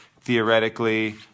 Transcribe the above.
theoretically